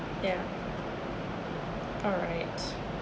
yeah alright